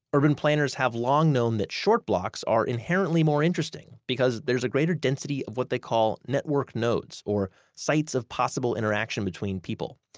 urban planners have long known that short blocks are inherently more interesting, because there's a greater density of what they call network nodes, or sites of possible interaction between people.